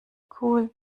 cool